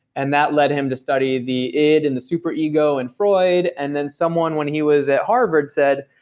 and that led him to study the id and the superego, and freud, and then someone when he was at harvard said,